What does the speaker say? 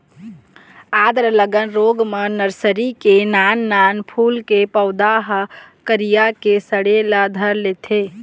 आद्र गलन रोग म नरसरी के नान नान फूल के पउधा ह करिया के सड़े ल धर लेथे